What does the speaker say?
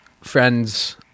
friends